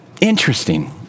interesting